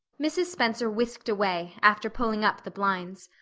mrs. spencer whisked away, after pulling up the blinds.